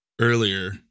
earlier